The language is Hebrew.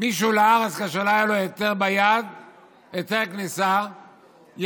מישהו לארץ כאשר לא היה לו היתר כניסה ביד,